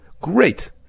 Great